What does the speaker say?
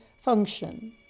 function